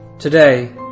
Today